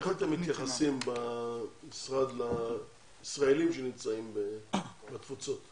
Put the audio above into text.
איך אתם מתייחסים במשרד לישראלים שנמצאים בתפוצות?